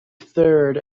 third